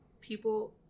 people